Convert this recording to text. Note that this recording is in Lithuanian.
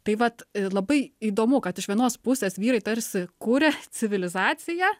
tai vat labai įdomu kad iš vienos pusės vyrai tarsi kuria civilizaciją